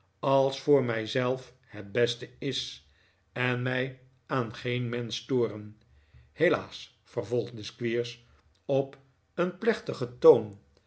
als voor mij zelf het beste is en mij aan geen mensch storen helaas vervolgde squeers op een plechtigen toon